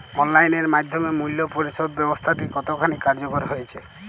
Online এর মাধ্যমে মূল্য পরিশোধ ব্যাবস্থাটি কতখানি কার্যকর হয়েচে?